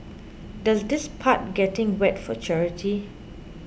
does this part getting wet for charity